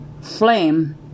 Flame